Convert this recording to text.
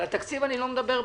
על התקציב אני לא מדבר בכלל.